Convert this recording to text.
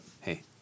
Hey